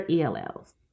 ELLs